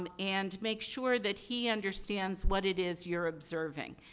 um and, make sure that he understands what it is you're observing.